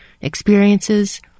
experiences